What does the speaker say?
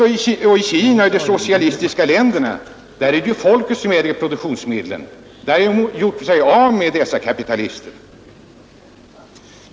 Men i Sovjet, Kina och i de socialistiska länderna äger folket produktionsmedlen. Där har man gjort sig av med kapitalisterna.